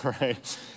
right